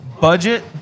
budget